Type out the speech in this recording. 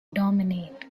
dominate